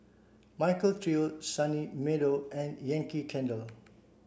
Michael Trio Sunny Meadow and Yankee Candle